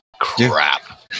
crap